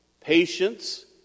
patience